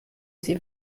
sie